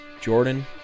Jordan